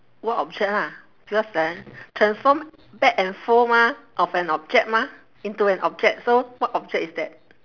what object lah because then transform back and forth mah of an object mah into an object so what object is that